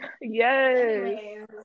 Yes